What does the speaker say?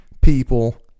people